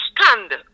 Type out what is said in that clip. stand